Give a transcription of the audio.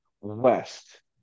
West